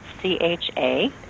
C-H-A